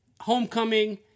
homecoming